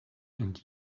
and